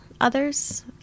others